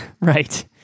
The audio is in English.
Right